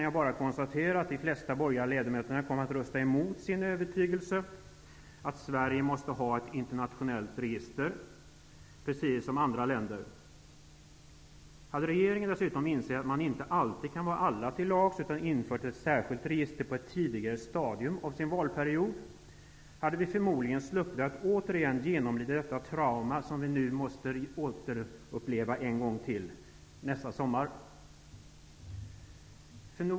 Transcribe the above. Jag kan konstatera att de flesta borgerliga ledamöter kommer att rösta emot sin övertygelse, dvs. övertygelsen att Sverige måste ha ett internationellt register precis som andra länder. Om regeringen hade insett att man inte alltid kan vara alla till lags och på ett tidigare stadium av valperioden infört ett särskilt register, hade vi förmodligen sluppit att genomlida det trauma vi nu måste uppleva en gång till nästa sommar.